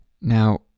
now